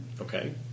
Okay